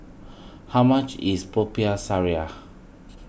how much is Popiah Sayur